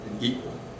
Equal